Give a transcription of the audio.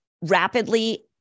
rapidly